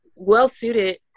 well-suited